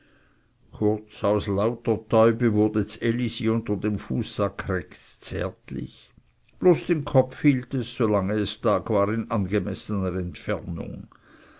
kurz aus lauter täubi wurde ds elisi unter dem fußsack recht zärtlich bloß den kopf hielt es solange es tag war in angemessener entfernung